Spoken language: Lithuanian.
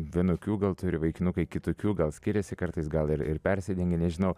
vienokių gal turi vaikinukai kitokių gal skiriasi kartais gal ir ir persidengia nežinau